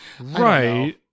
Right